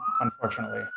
Unfortunately